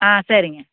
ஆ சரிங்க